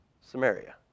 Samaria